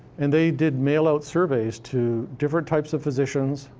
and they did mail-out surveys to different types of physicians,